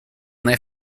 their